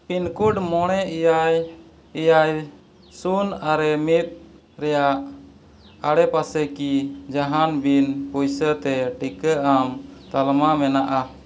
pin code ᱢᱚᱬᱮ ᱮᱭᱟᱭ ᱮᱭᱟᱭ ᱥᱩᱱ ᱟᱨᱮ ᱢᱤᱫ ᱨᱮᱭᱟᱜ ᱟᱲᱮᱯᱟᱥᱮ ᱠᱤ ᱡᱟᱦᱟᱱ ᱵᱤᱱ ᱯᱩᱭᱥᱟᱹ ᱛᱮ ᱴᱤᱠᱟᱹ ᱮᱢ ᱛᱟᱞᱢᱟ ᱢᱮᱱᱟᱜᱼᱟ